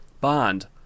Bond